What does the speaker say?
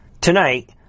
tonight